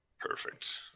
Perfect